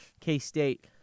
K-State